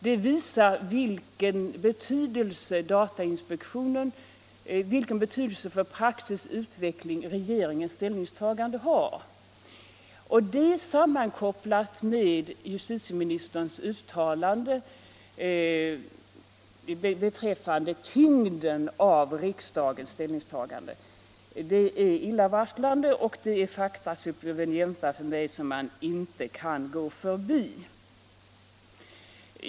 Detta visar vilken betydelse för den praktiska utvecklingen som regeringens ställningstagande har, och det sammankopplat med justitieministerns uttalande rörande tyngden av riksdagens ställningstagande är illavarslande. Det är facta supervenienta som man inte kan gå förbi.